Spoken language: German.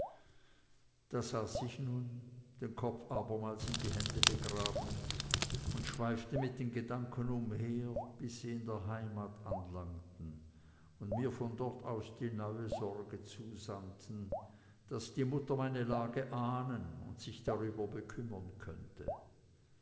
da saß ich nun den kopf abermals in die hände begraben und schweifte mit den gedanken umher bis sie in der heimat anlangten und mir von dort aus die neue sorge zusandten daß die mutter meine lage ahnen und sich darüber bekümmern könnte